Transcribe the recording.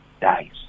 Dies